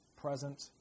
present